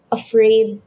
afraid